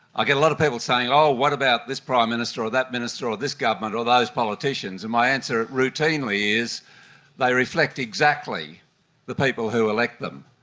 i get a lot of people saying oh what about this prime minister or that minister or this government or those politicians? and my answer routinely is they reflect exactly the people who elect them.